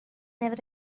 never